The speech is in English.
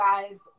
guys